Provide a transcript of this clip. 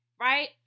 right